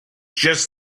just